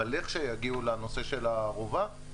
לכשיגיעו לנושא של הערובה,